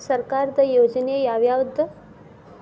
ಸರ್ಕಾರದ ಯೋಜನೆ ಯಾವ್ ಯಾವ್ದ್?